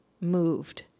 moved